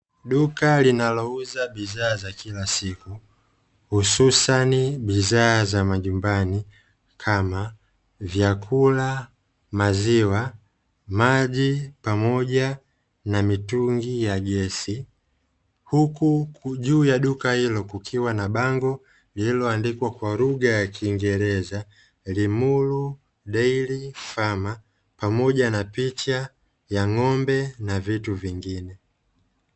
Duka linalouza bidhaa za kila siku hususani bidhaa za majumbani, kama vyakula, maziwa, maji pamoja na mitungi ya gesi, huku juu ya duka hilo kukiwa na bango lililoandikwa kwa lugha ya kiingereza ''LIMURU DAIRY FARMERS'', pamoja na picha ya ng'ombe na vitu vingine.